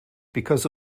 because